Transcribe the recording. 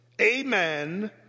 amen